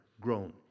grown